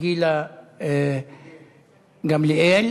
גילה גמליאל,